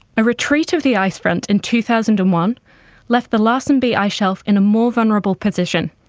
a retreat of the ice front in two thousand and one left the larsen b ice shelf in a more vulnerable position,